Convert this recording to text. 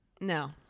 no